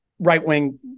right-wing